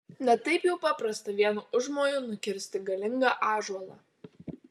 ne taip jau paprasta vienu užmoju nukirsti galingą ąžuolą